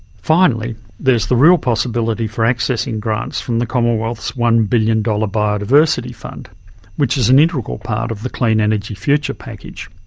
finally there's the real possibility for accessing grants from the commonwealth's one billion dollars biodiversity fund which is an integral part of the clean energy future package.